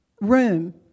room